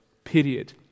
period